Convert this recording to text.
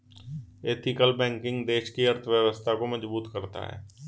ethical banking देश की अर्थव्यवस्था को मजबूत करता है